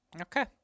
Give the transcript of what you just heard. Okay